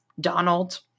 Donald